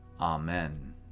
Amen